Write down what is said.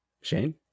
Shane